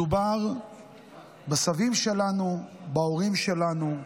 מדובר בסבים שלנו, בהורים שלנו,